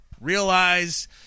Realize